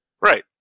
Right